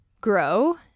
grow